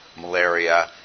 malaria